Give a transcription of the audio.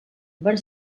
van